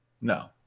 no